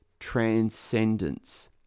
transcendence